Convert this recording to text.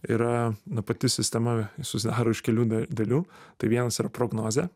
yra nu pati sistema susidaro iš kelių dalių tai vienas yra prognozė